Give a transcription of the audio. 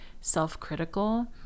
self-critical